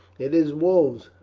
it is wolves,